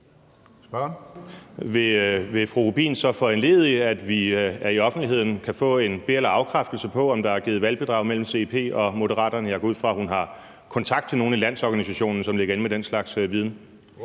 Vil fru Monika Rubin så foranledige, at vi i offentligheden kan få en be- eller afkræftelse på, om der er udvekslet valgbidrag mellem CIP og Moderaterne? Jeg går ud fra, at hun har kontakt til nogle i landsorganisationen, som ligger inde med den slags viden.